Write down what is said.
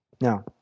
Now